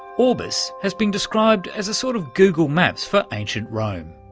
orbis has been described as a sort of google maps for ancient rome.